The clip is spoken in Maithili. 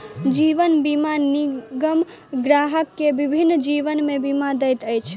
जीवन बीमा निगम ग्राहक के विभिन्न जीवन बीमा दैत अछि